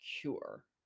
cure